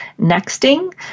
Nexting